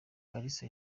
kalisa